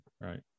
right